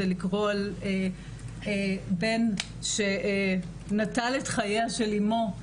אם זה בן שנטל את חייה של אימו